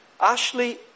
Ashley